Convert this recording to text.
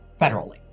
federally